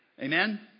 Amen